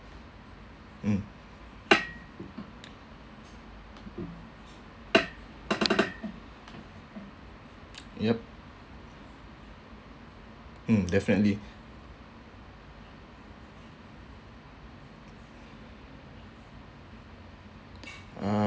mm yup mm definitely uh